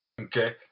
Okay